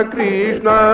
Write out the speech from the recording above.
Krishna